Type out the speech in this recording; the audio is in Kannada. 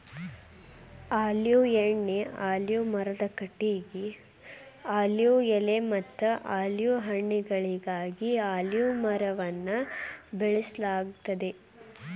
ಆಲಿವ್ ಎಣ್ಣಿ, ಆಲಿವ್ ಮರದ ಕಟಗಿ, ಆಲಿವ್ ಎಲೆಮತ್ತ ಆಲಿವ್ ಹಣ್ಣುಗಳಿಗಾಗಿ ಅಲಿವ್ ಮರವನ್ನ ಬೆಳಸಲಾಗ್ತೇತಿ